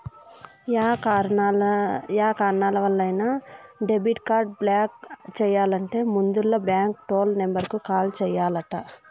yeah కారణాలవల్లైనా debit card block చెయ్యాలంటే ముందల బాంకు టోల్ నెంబరుకు కాల్ చెయ్యాల్ల